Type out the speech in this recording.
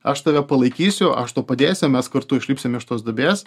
aš tave palaikysiu aš tau padėsiu mes kartu išlipsim iš tos duobės